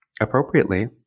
appropriately